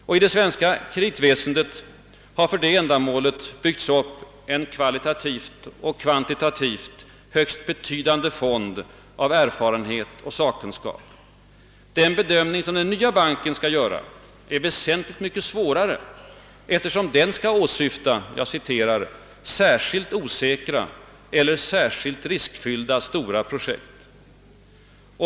Inom det svenska kreditväsendet har för det ändamålet byggts upp en kvalitativt och kvantitativt högst betydande fond av erfarenhet och sakkunskap. Den bedömning som den nya banken skall göra är väsentligt mycket svårare, eftersom den skall åsyfta »särskilt osäkra eller särskilt riskfyllda stora projekt».